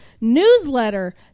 newsletter